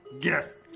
Yes